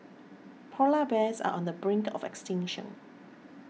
Polar Bears are on the brink of extinction